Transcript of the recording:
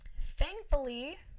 thankfully